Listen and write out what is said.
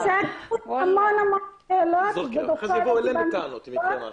ישנן המון שאלות, ולא קיבלנו תשובות.